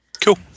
Cool